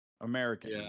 American